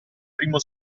primo